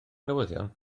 newyddion